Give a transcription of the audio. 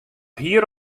hier